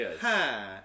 ha